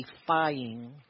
defying